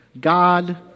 God